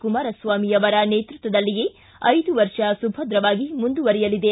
ಕುಮಾರಸ್ವಾಮಿ ಅವರ ನೇತೃತ್ವದಲ್ಲಿಯೇ ಐದು ವರ್ಷ ಸುಭದ್ರವಾಗಿ ಮುಂದುವರಿಯಲಿದೆ